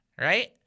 right